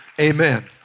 Amen